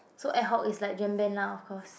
so ad hoc is like jam band lah of course